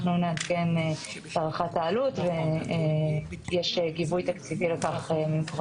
אנחנו נעדכן את הערכת העלות ויש גיבוי תקציבי לכך.